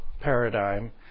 paradigm